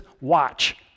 watch